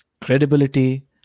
credibility